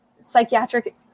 psychiatric